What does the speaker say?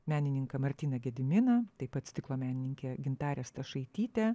menininką martyną gediminą taip pat stiklo menininkė gintarė stašaitytė